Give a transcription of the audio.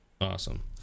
Awesome